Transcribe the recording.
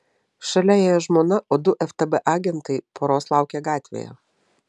šalia ėjo žmona o du ftb agentai poros laukė gatvėje